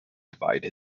divide